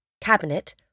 Cabinet